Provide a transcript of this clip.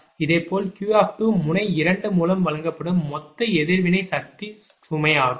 இதேபோல் Q முனை 2 மூலம் வழங்கப்படும் மொத்த எதிர்வினை சக்தி சுமைக்கு சமம்